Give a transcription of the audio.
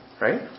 right